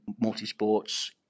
multi-sports